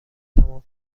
تمام